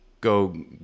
go